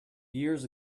years